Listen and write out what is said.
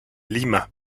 lima